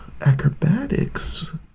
acrobatics